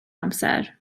amser